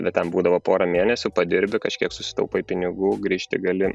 bet ten būdavo porą mėnesių padirbi kažkiek susitaupai pinigų grįžti gali